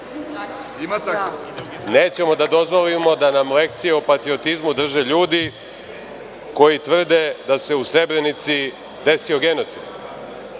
Nećemo da dozvolimo da nam lekcije o patriotizmu drže ljudi koji tvrde da se u Srebrenici desio geonocid.